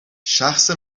شخص